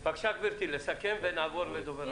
בבקשה, גברתי, נסכם ונעבור לדובר הבא.